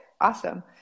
Awesome